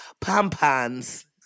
pom-poms